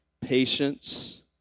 patience